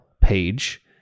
page